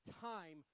time